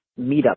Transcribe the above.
meetup